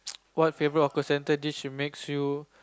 what favorite hawker centre dish should makes you